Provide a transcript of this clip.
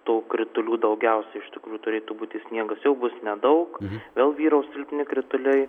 daug kritulių daugiausiai iš tikrųjų turėtų būti sniegas jau bus nedaug vėl vyraus silpni krituliai